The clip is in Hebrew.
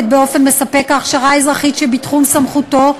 באופן מספק הכשרה אזרחית שבתחום סמכותו,